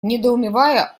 недоумевая